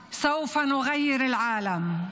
המילים של מילאד בן ה-11.